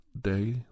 day